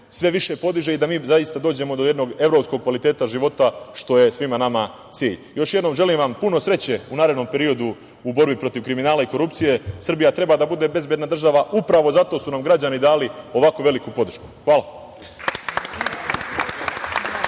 sve više podiže i da mi dođemo do jednog evropskog kvaliteta života, što je svima nama cilj. Još jednom želim vam puno sreće u narednom periodu u borbi protiv kriminala i korupcije. Srbija treba da bude bezbedna država. Upravo zato su nam građani dali ovako veliku podršku. Hvala.